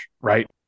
right